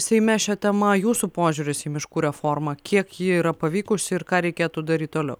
seime šia tema jūsų požiūris į miškų reformą kiek ji yra pavykusi ir ką reikėtų daryt toliau